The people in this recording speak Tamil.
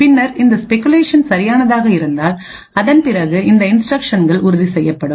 பின்னர் இந்த ஸ்பெகுலேஷன் சரியானதாக இருந்தால் அதன் பிறகு இந்த இன்ஸ்டிரக்ஷன்கள் உறுதி செய்யப்படும்